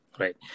Right